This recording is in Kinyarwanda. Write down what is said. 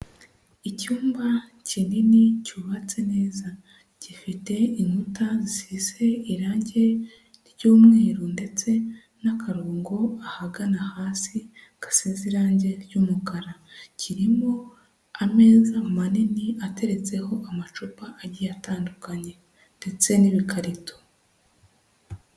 Icyumba kinini cyubatse neza, gifite inkuta zisize irangi ry'umweru ndetse n'akarongo ahagana hasi gasize irangi ry'umukara, kirimo ameza manini ateretseho amacupa agiye atandukanye, ndetse n'ibikarito.